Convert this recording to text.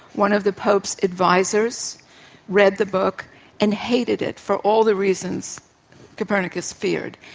one of the pope's advisers read the book and hated it for all the reasons copernicus feared,